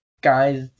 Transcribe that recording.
guys